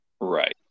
Right